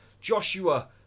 Joshua